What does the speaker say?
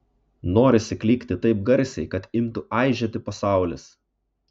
norisi klykti taip garsiai kad imtų aižėti pasaulis